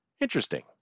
Interesting